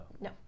No